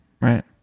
Right